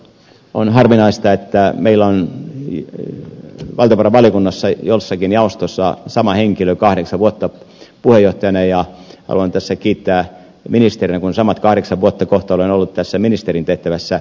on harvinaista että meillä on valtiovarainvaliokunnassa jossakin jaostossa sama henkilö kahdeksan vuotta puheenjohtajana ja haluan tässä kiittää ministerinä kun samat kahdeksan vuotta kohta olen ollut tässä ministerin tehtävässä ed